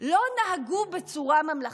לא נהגו בצורה ממלכתית.